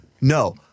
No